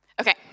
Okay